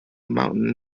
mountain